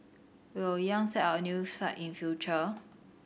Will Yang set up a new site in future